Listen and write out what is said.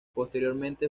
posteriormente